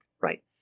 right